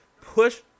Push